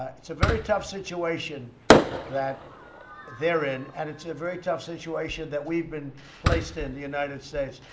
it's a very tough situation that they're in. and it's a very tough situation that we've been placed in the united states.